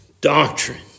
doctrine